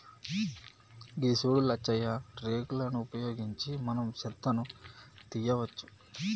గిది సూడు లచ్చయ్య రేక్ లను ఉపయోగించి మనం సెత్తను తీయవచ్చు